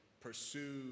pursue